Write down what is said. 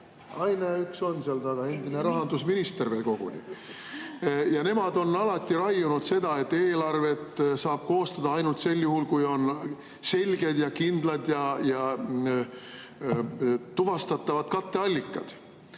Ai, näe, üks on seal taga, endine rahandusminister koguni. Nemad on alati raiunud seda, et eelarvet saab koostada ainult sel juhul, kui on selged ja kindlad ja tuvastatavad katteallikad.